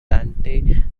dante